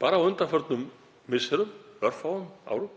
hafa á undanförnum misserum, bara á örfáum árum,